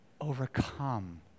overcome